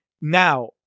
now